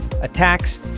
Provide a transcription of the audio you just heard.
attacks